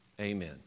amen